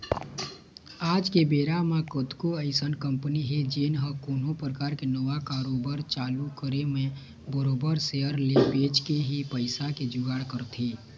आज के बेरा म कतको अइसन कंपनी हे जेन ह कोनो परकार के नवा कारोबार चालू करे म बरोबर सेयर ल बेंच के ही पइसा के जुगाड़ करथे